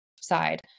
side